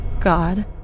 God